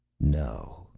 no,